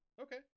okay